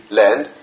land